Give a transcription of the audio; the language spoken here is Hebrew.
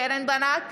קרן ברק,